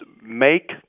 make